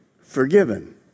forgiven